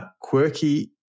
Quirky